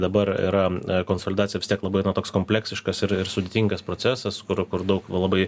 dabar yra konsolidacija vis tiek labai na toks kompleksiškas ir ir sudėtingas procesas kur kur daug labai